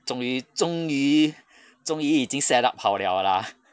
终于终于终于已经 set up 好 liao lah